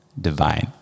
divine